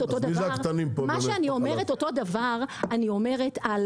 מה שאני אומרת אותו דבר אני אומרת על